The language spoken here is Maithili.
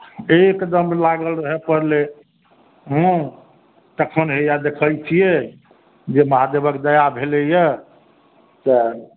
एकदम लागल रहै पड़लै हॅं तखन हैया देखै छियै जे महादेवक दया भेलैया तऽ